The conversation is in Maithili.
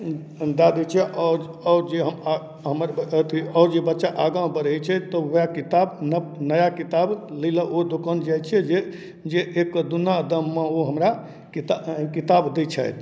दऽ दै छियै आओर आओर जे हमर अथी आओर जे बच्चा आगाँ बढ़ैत छै तऽ ओहए किताब नया किताब लै लए ओ दोकान जाइत छै जे जे एक कऽ दुन्ना दाममे ओ हमरा किताब किताब दै छथि